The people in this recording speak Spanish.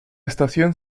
estación